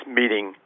meeting